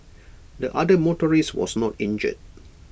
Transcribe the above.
the other motorist was not injured